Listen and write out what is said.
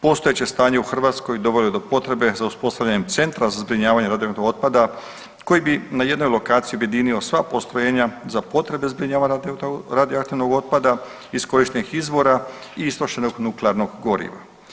Postojeće stanje u Hrvatskoj dovelo je do potrebe za uspostavljenjem centra za zbrinjavanje radioaktivnog otpada koji bi na jednoj lokaciji objedinio sva postrojenja za potrebe zbrinjavanja radioaktivnog otpad iskorištenih izvora i istrošenog nuklearnog goriva.